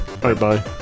Bye-bye